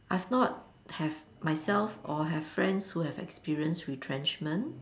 I have not have myself or have friends who have experience retrenchment